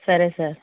సరే సార్